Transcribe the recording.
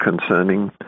concerning